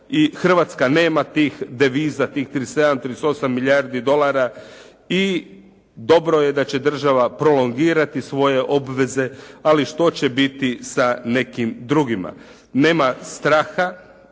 Hrvatska nema tih deviza, tih 37, 38 milijardi dolara i dobro je da će država prolongirati svoje obveze, ali što će biti sa nekim drugima. Nema straha,